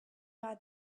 are